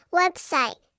website